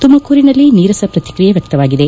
ತುಮಕೂರಿನಲ್ಲಿ ನೀರಿಸ ಪ್ರಕ್ರಿಯೆ ವ್ಯಕ್ತವಾಗಿದೆ